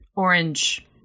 orange